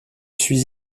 suis